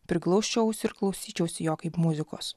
priglausčiau ausį ir klausyčiausi jo kaip muzikos